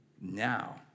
now